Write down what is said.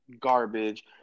garbage